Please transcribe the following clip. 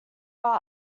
but